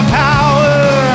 power